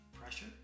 pressure